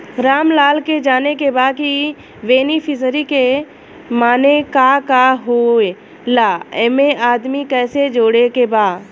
रामलाल के जाने के बा की बेनिफिसरी के माने का का होए ला एमे आदमी कैसे जोड़े के बा?